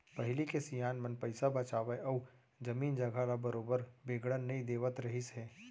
पहिली के सियान मन पइसा बचावय अउ जमीन जघा ल बरोबर बिगड़न नई देवत रहिस हे